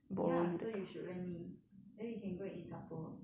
ya so you should lend me then we can go and eat supper